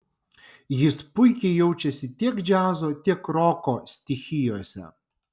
jis puikiai jaučiasi tiek džiazo tiek roko stichijose